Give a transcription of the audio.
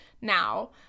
now